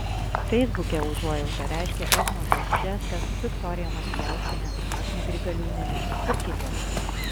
feisbuke užuojautą reiškia egmontas bžeskas viktorija macijauskienė agnė grigaliūnienė ir kiti